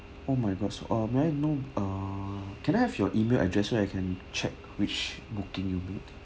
oh my gosh so ah may I know ah can I have your email address so that I can check which booking you made